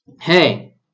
hey